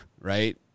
right